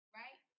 right